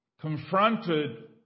confronted